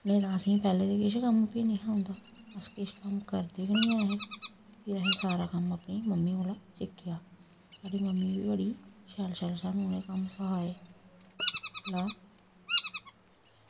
नेईं तां असेंगी पैह्लें ते किश कम्म बी निं हा औंदा अस किश करदे गै निं ऐ हे फिर एह् सारा कम्म अपनी मम्मी कोला सिक्खेआ ते साढ़ी मम्मी बी बड़ी शैल शैल सानू उ'नें कम्म सखाए